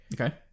Okay